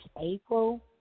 April